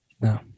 No